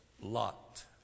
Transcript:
Lot